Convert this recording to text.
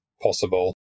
possible